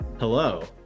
Hello